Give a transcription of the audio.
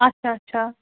اَچھا اَچھا